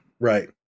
Right